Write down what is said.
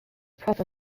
proper